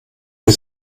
wir